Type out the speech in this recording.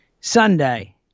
Sunday